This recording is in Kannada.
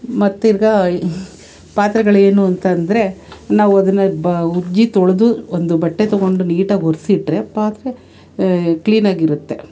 ಮತ್ತು ತಿರುಗಾ ಪಾತ್ರೆಗಳೇನು ಅಂತಂದ್ರೆ ನಾವು ಅದನ್ನು ಬ ಉಜ್ಜಿ ತೊಳೆದು ಒಂದು ಬಟ್ಟೆ ತೊಗೊಂಡು ನೀಟಾಗಿ ಒರೆಸಿ ಇಟ್ರೆ ಪಾತ್ರೆ ಕ್ಲೀನಾಗಿರುತ್ತೆ